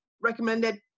recommended